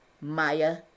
Maya